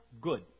good